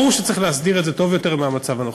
ברור שצריך להסדיר את זה טוב יותר מהמצב הנוכחי.